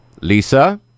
Lisa